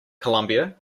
colombia